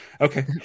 Okay